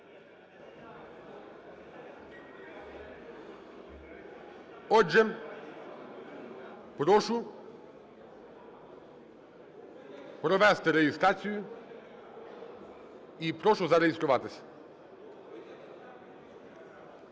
Отже, прошу провести реєстрацію. І прошу зареєструватись.